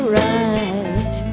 right